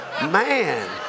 Man